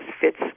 fits